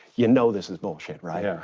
you know this is bullshit, right? yeah